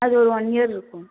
அது ஒரு one year இருக்கும்